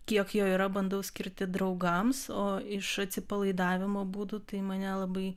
kiek jo yra bandau skirti draugams o iš atsipalaidavimo būdų tai mane labai